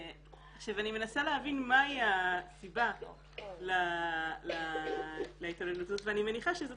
אני מנסה להבין מהי הסיבה להתעללות הזאת ואני מניחה שזאת